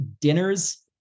dinners